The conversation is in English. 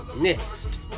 Next